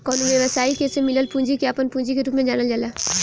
कवनो व्यवसायी के से मिलल पूंजी के आपन पूंजी के रूप में जानल जाला